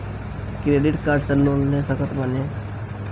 Credit card से loan ले सकत बानी?